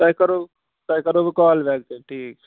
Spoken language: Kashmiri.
تۄہہِ کَرہو تۄہہِ کَرہو بہٕ کال بیک تیٚلہِ ٹھیٖک چھُ ٹھیٖک